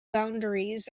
boundaries